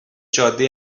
جاده